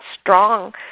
strong